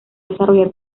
desarrollar